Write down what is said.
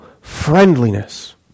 friendliness